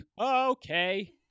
Okay